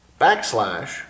backslash